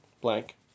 blank